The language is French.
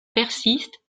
persiste